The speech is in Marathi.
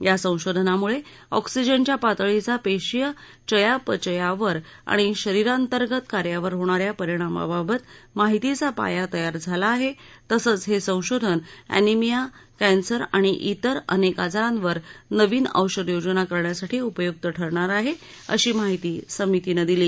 या संशोधनामुळे ऑक्सिजनच्या पातळीचा पेशीय चयापचयावर आणि शरीरांतर्गत कार्यावर होणाऱ्या परिणामाबाबत माहितीचा पाया तयार झाला आहे तसंच हे संशोधन अनिमिया कँसर आणि तिर अनेक आजारांवर नवीन औषधयोजना करण्यासाठी उपयुक्त ठरणार आहे अशी माहिती समितीनं दिली